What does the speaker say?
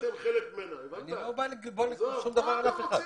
כמה זמן